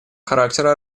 характера